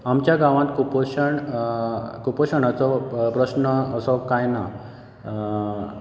आमच्या गांवांत कुपोशण कुपोशणाचो प्रश्न असो कांय ना